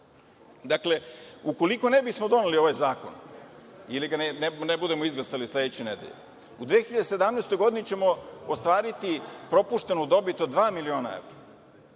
godini. Dakle, ukoliko ne bismo doneli ovaj zakon ili ga ne budemo izglasali sledeće nedelje, u 2017. godini ćemo ostvariti propuštenu dobit od 2.000.000 evra.